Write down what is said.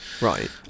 Right